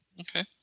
Okay